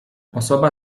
osoba